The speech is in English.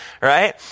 right